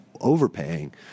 overpaying